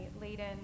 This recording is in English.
laden